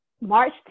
March